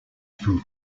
from